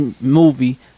movie